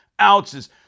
ounces